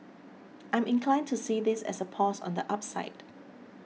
I'm inclined to see this as a pause on the upside